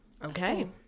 okay